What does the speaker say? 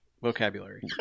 vocabulary